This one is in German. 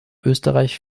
österreich